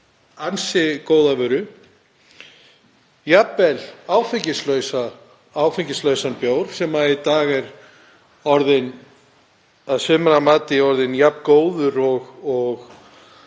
ansi góða vöru, jafnvel áfengislausan bjór sem í dag er orðinn að sumra mati jafn góður og